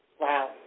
Wow